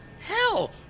hell